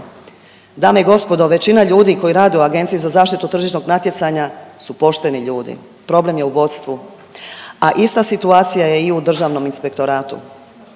Dame i gospodo, većina ljudi koji rade u AZTN-u su pošteni ljudi, problem je u vodstvu, a ista situacija je i u Državnom inspektoratu.